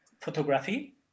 photography